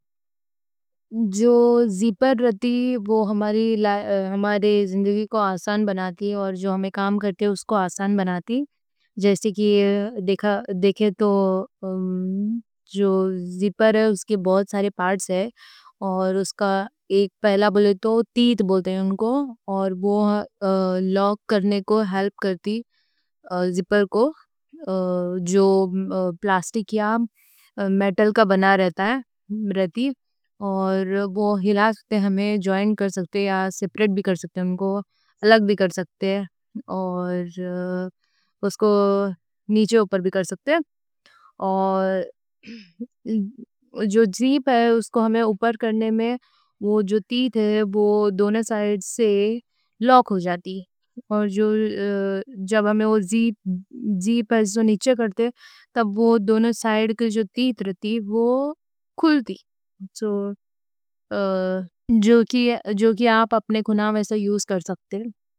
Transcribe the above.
جو زیپر رہتا وہ ہماری زندگی کو آسان بناتی اور جو۔ ہمیں کام کرتے ہیں اس کو آسان بناتی جیسے کہ دیکھیں تو۔ جو زیپر ہے اس کے بہت سارے پارٹس ہیں اور اس کا ایک۔ پہلا بولے تو تیت بولتے ہیں ان کو اور وہ لوگ کرنے کو۔ ہیلپ کرتی زیپر کو جو پلاسٹک یا میٹل کا بنا رہتا ہے۔ اور وہ ہلا سکتے ہیں ہمیں جوائن کر سکتے ہیں یا سپریٹ۔ بھی کر سکتے ہیں ان کو الگ بھی کر سکتے ہیں اور اس کو۔ نیچے اوپر بھی کر سکتے ہیں اور جو زیپر ہے اس کو ہمیں۔ اوپر کرنے میں وہ جو تیت ہے وہ دونوں سائیڈ سے لاک ہو جاتی۔ اور جب ہمیں وہ زیپر نیچے کرتے ہیں تب وہ دونوں۔ سائیڈ کے جو تیت رہتی ہے وہ کھلتی ہے۔ جو کہ آپ اپنے کونا میں ایسے یوز کر سکتے ہیں۔